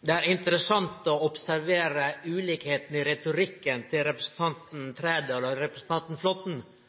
Det er interessant å observere ulikheitene i retorikken til representanten